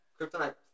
Kryptonite